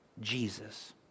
Jesus